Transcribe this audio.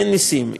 אין נסים,